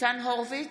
ניצן הורוביץ,